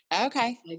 Okay